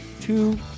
Two